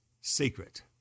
secret